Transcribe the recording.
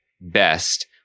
best